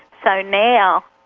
so now,